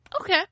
Okay